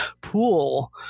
pool